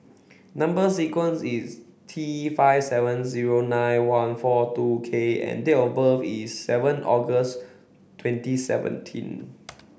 number sequence is T five seven zero nine one four two K and date of birth is seven August twenty seventeen